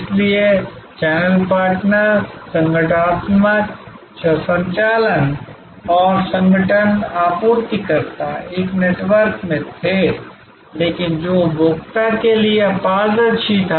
इसलिए channel partner संगठनात्मक संचालन और संगठन आपूर्तिकर्ता एक नेटवर्क में थे लेकिन जो उपभोक्ता के लिए अपारदर्शी था